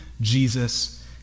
Jesus